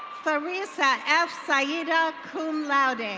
theresa f sayyida, cum laude.